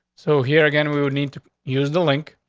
so here again, and we would need to use the link.